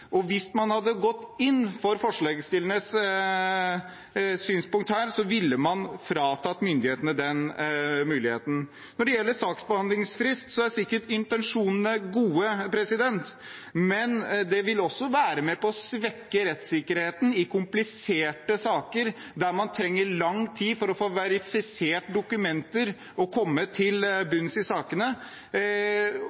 Hvis man hadde gått inn for forslagsstillernes synspunkt her, ville man fratatt myndighetene den muligheten. Når det gjelder saksbehandlingsfrist, er intensjonene sikkert gode, men det vil også være med på å svekke rettssikkerheten i kompliserte saker der man trenger lang tid på å få verifisert dokumenter og komme til